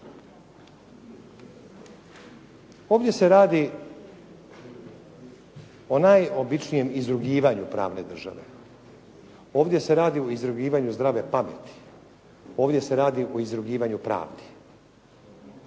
Ovdje se radi o najobičnijem izrugivanju pravne države, ovdje se radi o izrugivanju zdrave pameti, ovdje se radi o izrugivanju pravdi.